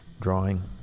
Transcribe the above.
drawing